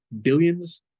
billions